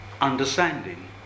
understanding